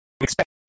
expect